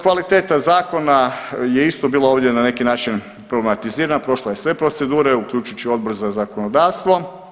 Kvaliteta zakona je isto bila ovdje na neki način problematizirana, prošla je sve procedure uključujući Odbor za zakonodavstvo.